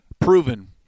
Proven